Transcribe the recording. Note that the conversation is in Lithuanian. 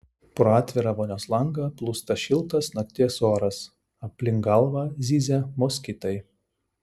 pro atvirą vonios langą plūsta šiltas nakties oras aplink galvą zyzia moskitai